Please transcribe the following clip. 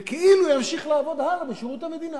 וכאילו הוא ימשיך לעבוד הלאה בשירות המדינה,